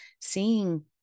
seeing